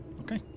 Okay